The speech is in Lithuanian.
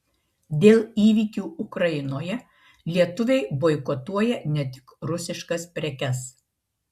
dėl įvykių ukrainoje lietuviai boikotuoja ne tik rusiškas prekes